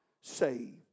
saved